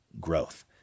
growth